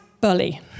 bully